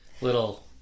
little